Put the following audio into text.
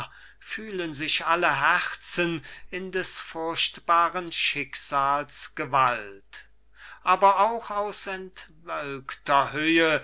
fühlen sich alle herzen in des furchtbaren schicksals gewalt aber auch aus entwölkter höhe